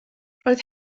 roedd